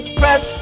press